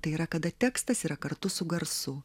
tai yra kada tekstas yra kartu su garsu